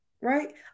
right